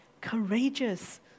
courageous